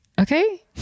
okay